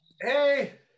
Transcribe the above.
Hey